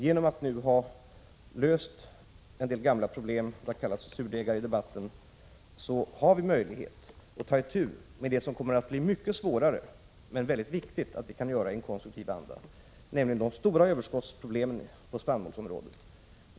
Genom att vi nu har löst en del problem, de har kallats surdegar i debatten, har vi möjlighet att i konstruktiv anda ta itu med det som kommer att bli mycket svårare men som är mycket viktigt, nämligen de stora överskottsproblemen på spannmålsområdet.